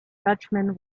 dutchman